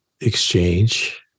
exchange